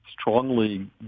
strongly